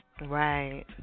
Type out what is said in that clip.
Right